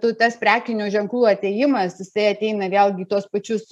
tu tas prekinių ženklų atėjimas jisai ateina vėlgi į tuos pačius